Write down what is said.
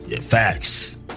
Facts